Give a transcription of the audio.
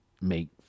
make